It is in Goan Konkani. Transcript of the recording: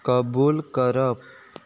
कबूल करप